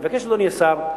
אני מבקש, אדוני השר,